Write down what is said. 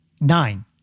Nine